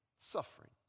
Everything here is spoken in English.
suffering